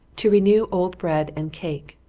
to renew old bread and cake.